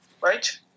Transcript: Right